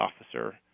officer